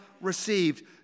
received